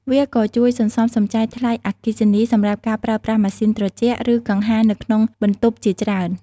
វាក៏ជួយសន្សំសំចៃថ្លៃអគ្គិសនីសម្រាប់ការប្រើប្រាស់ម៉ាស៊ីនត្រជាក់ ឬកង្ហារនៅក្នុងបន្ទប់ជាច្រើន។